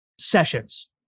sessions